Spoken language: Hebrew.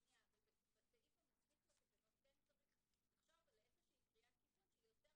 בסעיף המסמיך לתקנות צריך לחשוב על איזו שהיא קריאת כיוון שיוצרת